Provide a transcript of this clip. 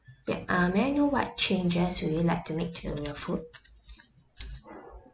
ya uh may I know what changes would you like to make to your food